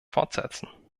fortsetzen